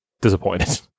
disappointed